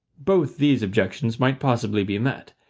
both these objections might possibly be met.